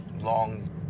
long